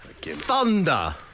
Thunder